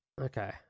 Okay